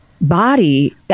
body